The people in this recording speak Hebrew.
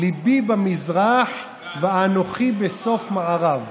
ליבי במזרח ואנוכי בסוף מערב.